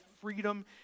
freedom